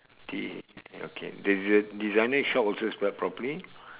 T H okay the desi~ the designer shop also spelt properly